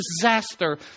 disaster